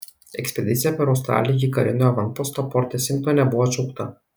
ekspedicija per australiją iki karinio avanposto port esingtone buvo atšaukta